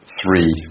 three